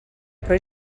però